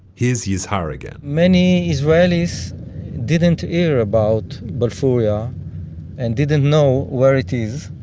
here's yizhar again many israelis didn't hear about balfouria and didn't know where it is,